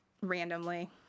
randomly